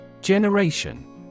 Generation